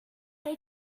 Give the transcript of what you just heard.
they